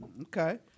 Okay